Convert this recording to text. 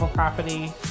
property